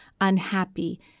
unhappy